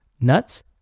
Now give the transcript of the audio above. nuts